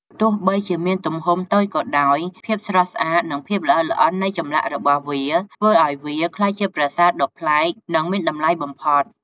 ទោះបីជាមានទំហំតូចក៏ដោយ ភាពស្រស់ស្អាត និងភាពល្អិតល្អន់នៃចម្លាក់របស់វាធ្វើឱ្យវាក្លាយជាប្រាសាទដ៏ប្លែក និងមានតម្លៃបំផុត។